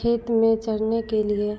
खेत में चरने के लिए